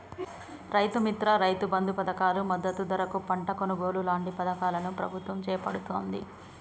రైతు మిత్ర, రైతు బంధు పధకాలు, మద్దతు ధరకు పంట కొనుగోలు లాంటి పధకాలను ప్రభుత్వం చేపడుతాంది